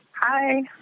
Hi